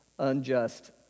unjust